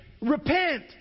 Repent